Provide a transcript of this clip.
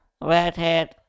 Redhead